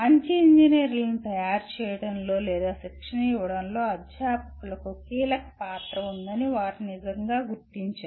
మంచి ఇంజనీర్లను తయారు చేయడంలో లేదా శిక్షణ ఇవ్వడంలో అధ్యాపకులకు కీలక పాత్ర ఉందని వారు నిజంగా గుర్తించారు